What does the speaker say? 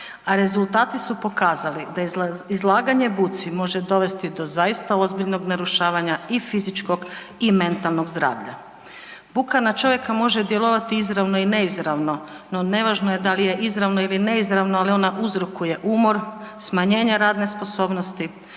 a rezultati su pokazali bez, izlaganje buci može dovesti do zaista ozbiljnog narušavanja i fizičkog i mentalnog zdravlja. Buka na čovjeka može djelovati i izravno i neizravno no nevažno je da li je izravno ili neizravno, ali ona uzrokuje umor, smanjenje radne sposobnosti,